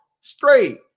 straight